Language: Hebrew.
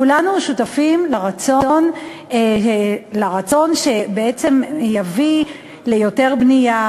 כולנו שותפים לרצון בעצם להביא ליותר בנייה,